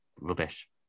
rubbish